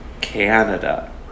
Canada